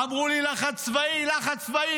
אמרו לי: לחץ צבאי, לחץ צבאי.